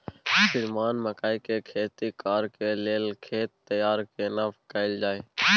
श्रीमान मकई के खेती कॉर के लेल खेत तैयार केना कैल जाए?